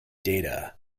data